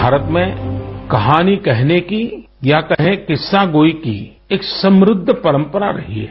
भारत में कहानी कहने की या कहें किस्सा गोई की एक समृद्ध परंपरा रही है